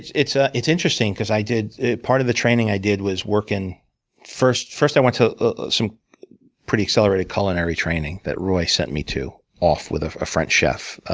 it's ah it's interesting because i did part of the training i did was working first first i went to some pretty accelerated culinary training that roy sent me to, off with a french, ah